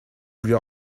voulez